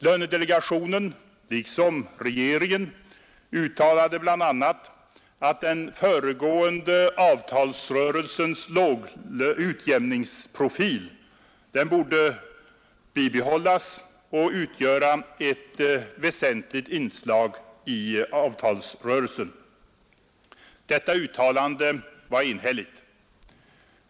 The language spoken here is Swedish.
Lönedelegationen — liksom regeringen — uttalade bl.a. att den föregående avtalsrörelsens ”utjämningsprofil” borde bibehållas och utgöra ett väsentligt inslag i avtalsrörelsen. Detta uttalande var enhälligt.